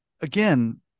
again